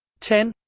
ten